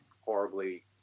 horribly